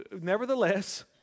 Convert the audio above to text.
nevertheless